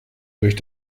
durch